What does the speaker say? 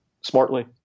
smartly